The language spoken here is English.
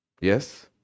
Yes